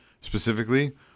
specifically